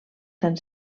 tan